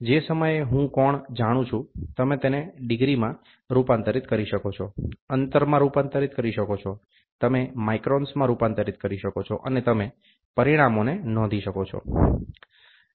જે સમયે હું કોણ જાણું છું તમે તેને ડિગ્રીમાં રૂપાંતરિત કરી શકો છો અંતરમાં રૂપાંતરિત કરી શકો છો તમે માઇક્રોન્સમાં રૂપાંતરિત કરી શકો છો અને તમે પરિણામોને નોંધી શકો છો